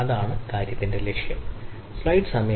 അതാണ് കാര്യത്തിന്റെ ലക്ഷ്യം